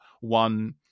one